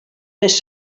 més